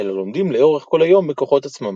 אלא לומדים לאורך כל היום בכוחות עצמם.